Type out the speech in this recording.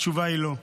התשובה היא לא.